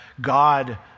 God